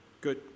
Good